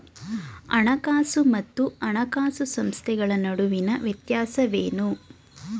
ಹಣಕಾಸು ಮತ್ತು ಹಣಕಾಸು ಸಂಸ್ಥೆಗಳ ನಡುವಿನ ವ್ಯತ್ಯಾಸವೇನು?